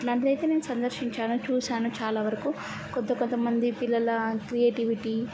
అట్లాంటిది అయితే నేను సందర్శించాను చూసాను చాలా వరకు కొంత కొంత మంది పిల్లల క్రియేటివిటీ